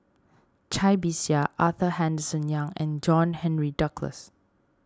Cai Bixia Arthur Henderson Young and John Henry Duclos